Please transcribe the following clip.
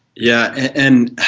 yeah. and